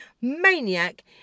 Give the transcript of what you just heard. maniac